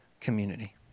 community